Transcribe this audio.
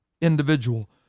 individual